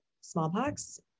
smallpox